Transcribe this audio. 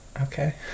Okay